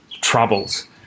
troubles